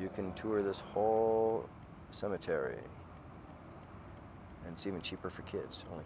you can tour this whole cemetery and seem cheaper for kids only